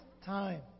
time